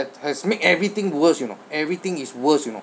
has make everything worse you know everything is worse you know